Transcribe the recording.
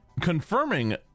confirming